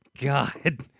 God